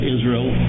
Israel